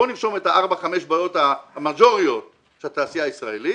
בואו נרשום את הארבע-חמש בעיות המג'וריות של התעשייה הישראלית.